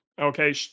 Okay